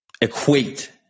equate